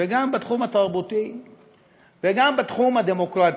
וגם בתחום התרבותי ובתחום הדמוקרטי.